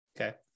okay